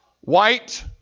white